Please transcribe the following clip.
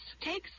takes